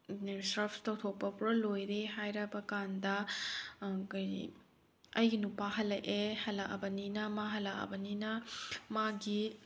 Surf ꯇꯧꯊꯣꯛꯄ ꯄꯨꯔꯥ ꯂꯣꯏꯔꯦ ꯍꯥꯏꯔꯕ ꯀꯥꯟꯗ ꯀꯔꯤ ꯑꯩꯒꯤ ꯅꯨꯄꯥ ꯍꯜꯂꯛꯑꯦ ꯍꯜꯂꯛꯑꯕꯅꯤꯅ ꯃꯥ ꯍꯜꯂꯛꯑꯕꯅꯤꯅ ꯃꯥꯒꯤ